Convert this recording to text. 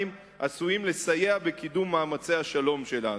עשויים לסייע בקידום מאמצי השלום שלנו.